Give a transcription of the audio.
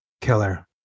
killer